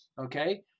okay